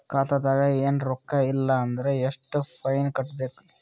ಖಾತಾದಾಗ ಏನು ರೊಕ್ಕ ಇಲ್ಲ ಅಂದರ ಎಷ್ಟ ಫೈನ್ ಕಟ್ಟಬೇಕು?